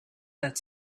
that